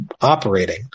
operating